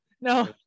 No